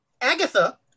Agatha